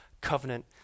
covenant